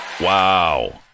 Wow